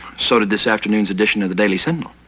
so did this afternoon's edition of the daily sentinel.